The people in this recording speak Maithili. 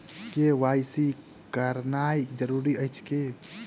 के.वाई.सी करानाइ जरूरी अछि की?